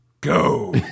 Go